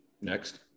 Next